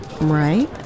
right